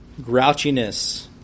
Grouchiness